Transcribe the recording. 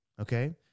Okay